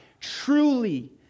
truly